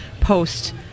post